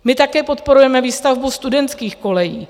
My také podporujeme výstavbu studentských kolejí.